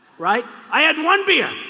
right. i had one beer